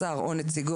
שר או נציגו,